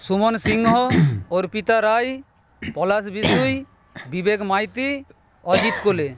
সুমন সিংহ অর্পিতা রায় পলাশ বিশুই বিবেক মাইতি অজিত কোলে